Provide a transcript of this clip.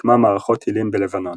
מיקמה מערכות טילים בלבנון.